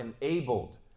enabled